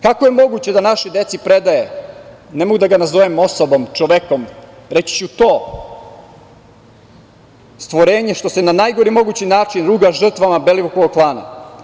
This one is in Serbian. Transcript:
Kako je moguće da našoj deci predaje ne mogu da ga nazovem osobom, čovekom, reći ću – to stvorenje što se na najgori mogući način ruga žrtvama Belivukovog klana?